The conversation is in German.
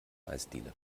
eisdiele